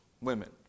women